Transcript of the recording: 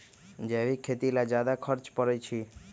जैविक खेती ला ज्यादा खर्च पड़छई?